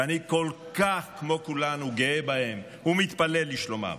ואני, כמו כולנו, כל כך גאה בהם ומתפלל לשלומם.